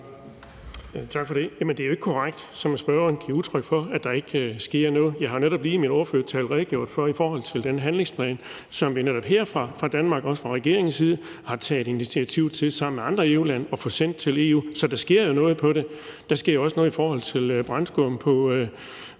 Tak for det. Jamen det er jo ikke korrekt, som spørgeren giver udtryk for, at der ikke sker noget. Jeg har netop lige i min ordførertale redegjort for den handlingsplan, som vi fra Danmarks og fra regeringens side har taget initiativ til sammen med andre EU-lande at få sendt til EU. Så der sker jo noget i forhold til det. Der sker jo, som vi har været inde på,